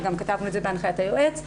וגם כתבנו את זה בהנחיית היועץ.